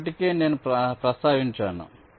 ఇది ఇప్పటికే నేను ప్రస్తావించాను